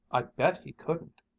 i bet he couldn't!